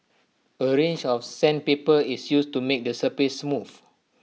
A range of sandpaper is used to make the surface smooth